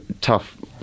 tough